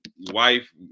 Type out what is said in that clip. wife